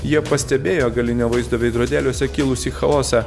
jie pastebėjo galinio vaizdo veidrodėliuose kilusį chaosą